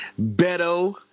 Beto